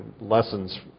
lessons